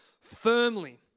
firmly